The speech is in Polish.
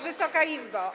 Wysoka Izbo!